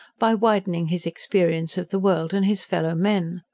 by widening his experience of the world and his fellow-men.